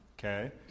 okay